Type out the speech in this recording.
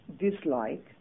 dislike